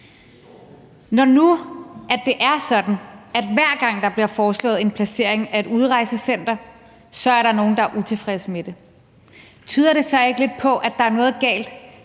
det nu er sådan, at hver gang der bliver foreslået en placering af et udrejsecenter, er der nogle, der er utilfredse med det. Tyder det så ikke lidt på, at der er noget galt